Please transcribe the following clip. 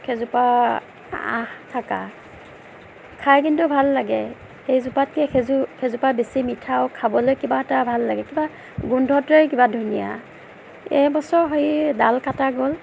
সেইজোপা আঁহ থকা খাই কিন্তু ভাল লাগে এইজোপাতকৈ সেই সেইজোপা বেছি মিঠা আৰু খাবলৈ কিবা এটা ভাল লাগে কিবা গোন্ধটোৱে কিবা ধুনীয়া এইবছৰ হেৰি ডাল কটা গ'ল